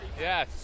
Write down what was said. Yes